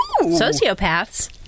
sociopaths